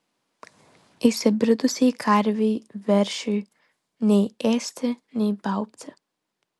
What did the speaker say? įsibridusiai karvei veršiui nei ėsti nei baubti